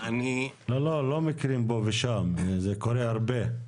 לא, לא, לא מקרים פה ושם, זה קורה הרבה.